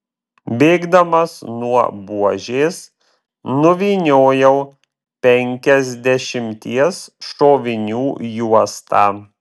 bėgdamas nuo buožės nuvyniojau penkiasdešimties šovinių juostą